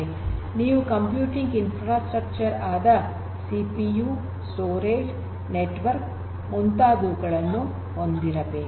ನೀವು computing infrastructure ಆದ CPU storage network ಮುಂತಾದವುಗಳನ್ನು ಹೊಂದಿರಬೇಕು